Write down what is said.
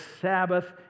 Sabbath